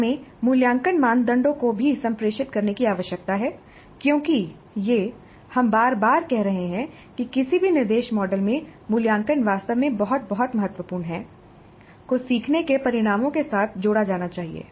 हमें मूल्यांकन मानदंड को भी संप्रेषित करने की आवश्यकता है क्योंकि यह हम बार बार कह रहे हैं कि किसी भी निर्देश मॉडल में मूल्यांकन वास्तव में बहुत बहुत महत्वपूर्ण है को सीखने के परिणामों के साथ जोड़ा जाना चाहिए